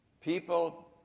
People